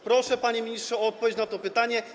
Proszę, panie ministrze, o odpowiedź na to pytanie: